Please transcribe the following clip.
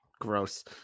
gross